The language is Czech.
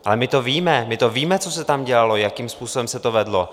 Ale my to víme, my to víme, co se tam dělalo, jakým způsobem se to vedlo.